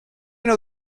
know